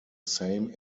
same